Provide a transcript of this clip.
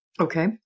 Okay